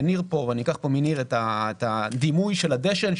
אני אקח פה מניר את הדימוי של הדשן,